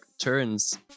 turns